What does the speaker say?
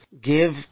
give